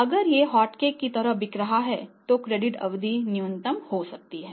अगर यह हॉटकेक की तरह बिक रहा है तो क्रेडिट अवधि न्यूनतम हो सकती है